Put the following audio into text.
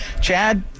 Chad